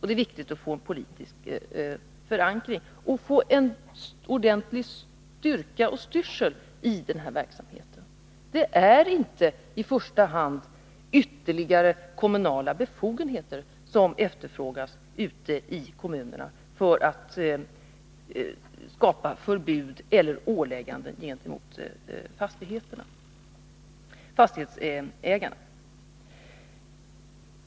Det är viktigt att få en politisk förankring och en ordentlig styrka och styrsel i den här verksamheten. Det är inte i första hand ytterligare kommunala befogenheter som efterfrågas ute i kommunerna för att skapa förbud eller ålägganden gentemot fastighetsägarna.